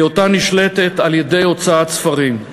בהיותה נשלטת על-ידי הוצאת ספרים.